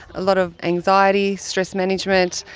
a lot of anxiety, stress management,